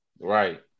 Right